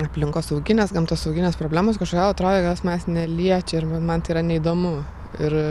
aplinkosauginės gamtosauginės problemos kažkodėl atrodė jos manęs neliečia ir nu man tai yra neįdomu ir